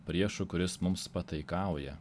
priešu kuris mums pataikauja